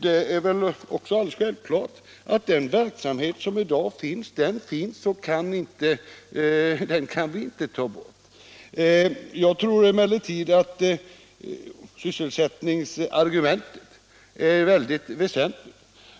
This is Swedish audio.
Det är väl också alldeles självklart att den verksamhet som i dag finns inte kan läggas ned. Jag tror emellertid att sysselsättningsargumentet är mycket väsentligt.